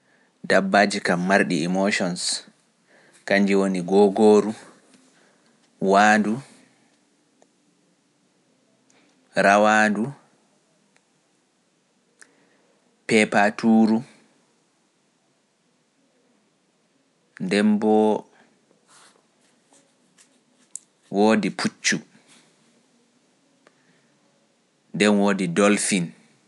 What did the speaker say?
Dabbaaji kam marɗi emotions kannji woni googooru, waandu, rawaadu, peepaatuuru, nden boo woodi puccu, nden woodi dolfin.